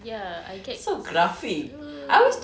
ya I get ugh